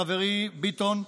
חברי ביטון,